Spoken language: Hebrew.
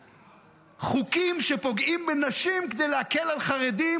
חוקים שפוגעים בנשים כדי להקל על חרדים,